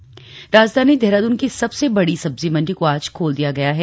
मंडी खली राजधानी देहरादून की सबसे बड़ी सब्जी मंडी को आज खोल दिया गया है